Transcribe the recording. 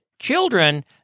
children